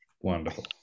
wonderful